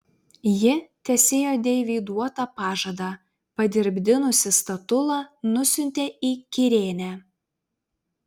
ji tesėjo deivei duotą pažadą padirbdinusi statulą nusiuntė į kirėnę